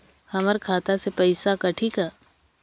हमर खाता से पइसा कठी का?